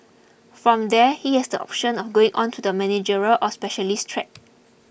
from there he has the option of going on to the managerial or specialist track